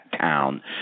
town